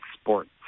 sports